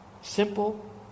Simple